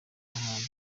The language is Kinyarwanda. n’ahandi